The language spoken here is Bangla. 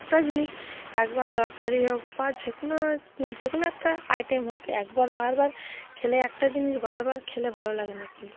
একটা জিনিস একবার তরকারি হোক বা যে কোনো যে কোনো একটা আইটেম হোক একবার বারবার খেলে একটা জিনিস বারবার খেলে ভালো লাগে না কিন্তু